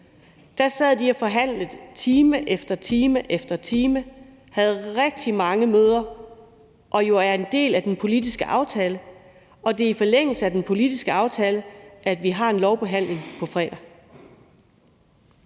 sad de og forhandlede time efter time og havde rigtig mange møder, og vi er jo en del af den politiske aftale. Og det er i forlængelse af den politiske aftale, at vi har en lovbehandling på fredag.